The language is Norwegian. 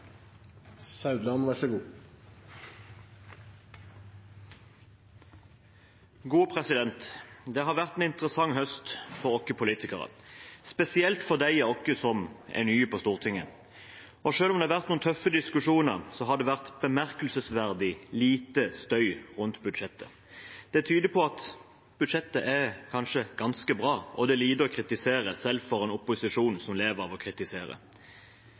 Det har vært en interessant høst for oss politikere, spesielt for dem av oss som er nye på Stortinget. Selv om det har vært noen tøffe diskusjoner, har det vært bemerkelsesverdig lite støy rundt budsjettet. Det tyder på at budsjettet kanskje er ganske bra, og at det er lite å kritisere, selv for en opposisjon som lever av å kritisere.